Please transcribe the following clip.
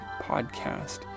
podcast